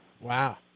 Wow